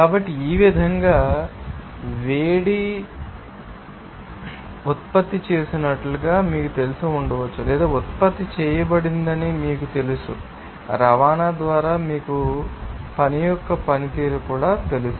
కాబట్టి ఈ విధంగా వేడి మీరు ఉత్పత్తి చేసినట్లు మీకు తెలిసి ఉండవచ్చు లేదా ఉత్పత్తి చేయబడిందని మీకు తెలుసు లేదా రవాణా ద్వారా మీకు పని యొక్క పనితీరు తెలుసు